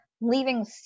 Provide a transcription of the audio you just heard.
Leaving